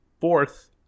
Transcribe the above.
fourth